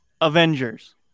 Avengers